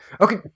Okay